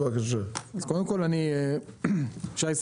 למשל,